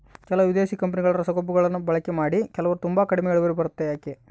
ಕೆಲವು ವಿದೇಶಿ ಕಂಪನಿಗಳ ರಸಗೊಬ್ಬರಗಳನ್ನು ಬಳಕೆ ಮಾಡಿ ಕೆಲವರು ತುಂಬಾ ಕಡಿಮೆ ಇಳುವರಿ ಬರುತ್ತೆ ಯಾಕೆ?